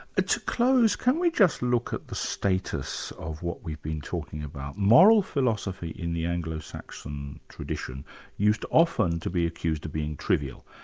to close, can we just look at the status of what we've been talking about? moral philosophy in the anglo-saxon tradition used often to be accused of being trivia,